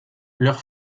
leur